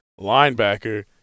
linebacker